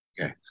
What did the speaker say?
Okay